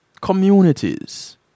communities